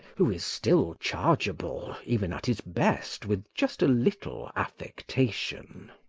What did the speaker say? who is still chargeable even at his best with just a little affectation.